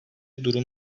durum